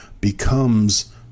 becomes